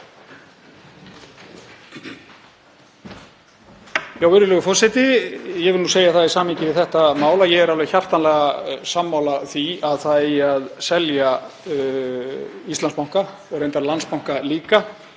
Virðulegur forseti. Ég vil nú segja það í samhengi við þetta mál að ég er alveg hjartanlega sammála því að það eigi að selja Íslandsbanka og reyndar Landsbankann líka.